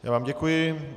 Já vám děkuji.